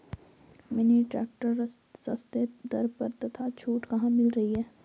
Mini tractor सस्ते दर पर तथा छूट कहाँ मिल रही है?